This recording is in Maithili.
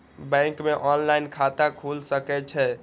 बैंक में ऑनलाईन खाता खुल सके छे?